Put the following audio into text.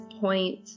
point